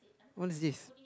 what is this